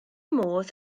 modd